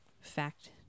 fact